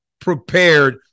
prepared